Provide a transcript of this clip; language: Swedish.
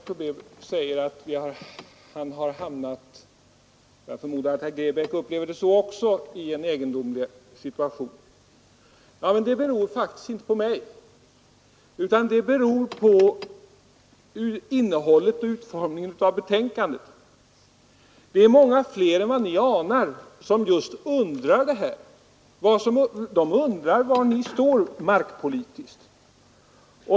Fru talman! Herr Tobé säger att han har hamnat — jag förmodar att herr Grebäck upplever det så också — i en egendomlig situation. Ja, men det beror faktiskt inte på mig. Det beror på innehållet i betänkandet. Det är många fler än ni anar som just undrar var ni står markpolitiskt.